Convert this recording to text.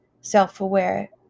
self-aware